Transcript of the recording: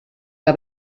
que